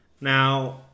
Now